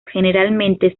generalmente